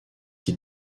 qui